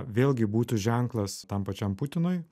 vėlgi būtų ženklas tam pačiam putinui